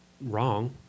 wrong